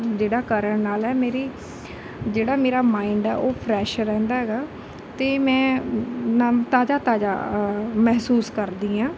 ਜਿਹੜਾ ਕਰਨ ਨਾਲ ਹੈ ਮੇਰੀ ਜਿਹੜਾ ਮੇਰਾ ਮਾਇੰਡ ਹੈ ਉਹ ਫਰੈਸ਼ ਰਹਿੰਦਾ ਹੈਗਾ ਅਤੇ ਮੈਂ ਨਮ ਤਾਜ਼ਾ ਤਾਜ਼ਾ ਮਹਿਸੂਸ ਕਰਦੀ ਹਾਂ